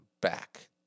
back